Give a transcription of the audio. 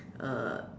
uh